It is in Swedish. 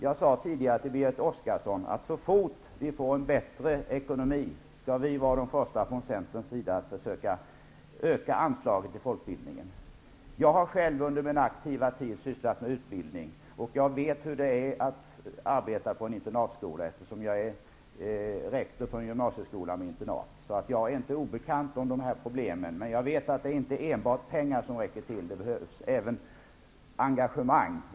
Jag sade tidigare till Berit Oscarsson att så fort vi får en bättre ekonomi, skall vi från Centerns sida vara de första att försöka öka anslagen till folkbildningen. Jag har själv under min aktiva tid sysslat med utbildning. Jag vet hur det är att arbeta på internatskola. Jag är rektor för en gymnasieskola med internat. Jag är inte obekant med dessa problem. Jag vet också att det inte räcker med enbart pengar. Det behövs även engagemang.